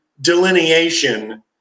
Delineation